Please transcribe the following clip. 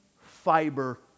fiber